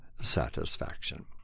satisfaction